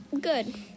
Good